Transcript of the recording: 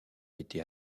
été